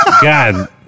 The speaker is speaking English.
God